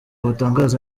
batangaza